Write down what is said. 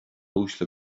uaisle